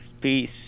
peace